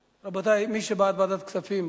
רבותי, מי שבעד ועדת כספים,